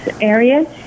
areas